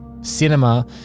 cinema